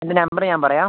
എൻ്റെ നമ്പര് ഞാന് പറയാം